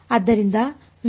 ಆದ್ದರಿಂದ ಸರಿ